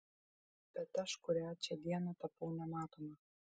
bet aš kurią čia dieną tapau nematoma